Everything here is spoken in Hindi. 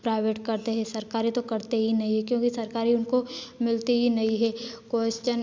प्राइवेट करते हैं सरकारी तो करते ही नहीं हैं क्योंकि सरकारी उनको मिलती ही नहीं है कोश्चन